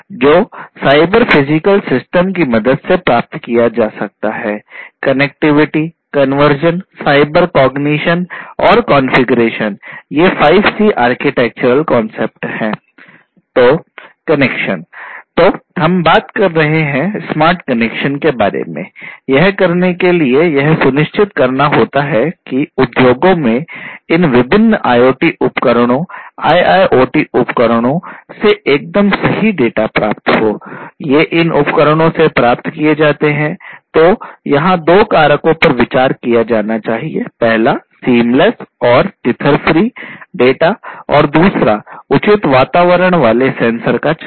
तो कनेक्शन तो हम बातें कर रहे हैं स्मार्ट कनेक्शन डाटा और दूसरा उचित विवरण वाले सेंसर का चयन